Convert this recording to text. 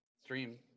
stream